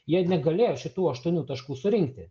jie negalėjo šitų aštuonių taškų surinkti